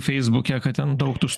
feisbuke kad ten daug tų